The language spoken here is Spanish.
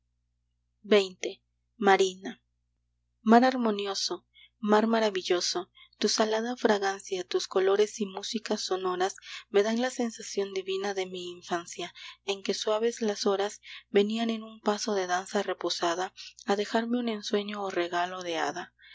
xx marina mar armonioso mar maravilloso tu salada fragancia tus colores y músicas sonoras me dan la sensación divina de mi infancia en que suaves las horas venían en un paso de danza reposada a dejarme un ensueño o regalo de hada